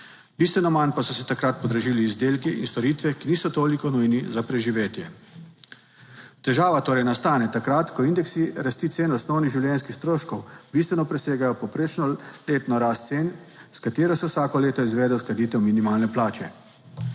bistveno manj pa so se takrat podražili izdelki in storitve, ki niso toliko nujni za preživetje. Težava torej nastane takrat, ko indeksi rasti cen osnovnih življenjskih stroškov bistveno presegajo povprečno letno rast cen, s katero se vsako leto izvede uskladitev minimalne plače.